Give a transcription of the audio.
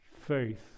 faith